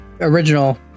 original